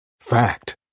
Fact